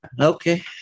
Okay